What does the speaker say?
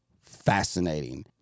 fascinating